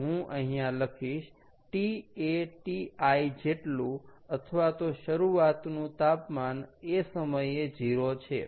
તો હું અહીંયા લખીશ T એ Ti જેટલું અથવા તો શરૂઆતનું તાપમાન એ સમયે 0 છે